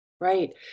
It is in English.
Right